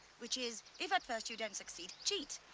which is, if at first you don't succeed, cheat.